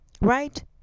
right